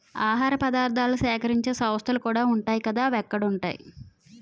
ఆహార పదార్థాలను సేకరించే సంస్థలుకూడా ఉంటాయ్ కదా అవెక్కడుంటాయో